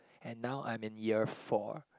and now I'm in year four